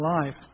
life